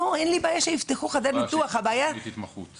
אין לי בעיה שיפתחו חדרי ניתוח -- תכנית התמחות.